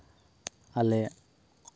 ᱟᱞᱮ